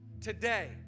Today